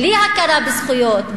בלי הכרה בזכויות,